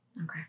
Okay